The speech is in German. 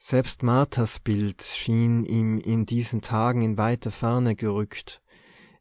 selbst marthas bild schien ihm in diesen tagen in weite ferne gerückt